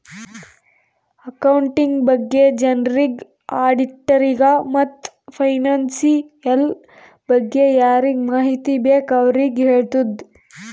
accounting ಬಗ್ಗೆ ಜನರಿಗ್, ಆಡಿಟ್ಟರಿಗ ಮತ್ತ್ ಫೈನಾನ್ಸಿಯಲ್ ಬಗ್ಗೆ ಯಾರಿಗ್ ಮಾಹಿತಿ ಬೇಕ್ ಅವ್ರಿಗ ಹೆಳ್ತುದ್